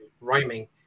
rhyming